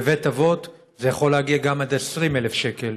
בבית אבות זה יכול להגיע גם עד 20,000 שקל.